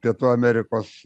pietų amerikos